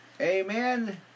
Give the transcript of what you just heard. amen